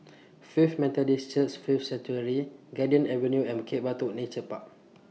Faith Methodist Church Faith Sanctuary Garden Avenue and Bukit Batok Nature Park